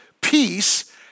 peace